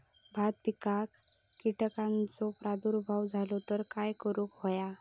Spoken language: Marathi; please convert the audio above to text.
भात पिकांक कीटकांचो प्रादुर्भाव झालो तर काय करूक होया?